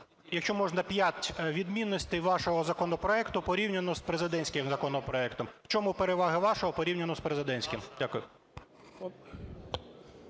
якщо можна, п'ять відмінностей вашого законопроекту порівняно з президентським законопроектом, в чому переваги вашого порівняно з президентським? Дякую.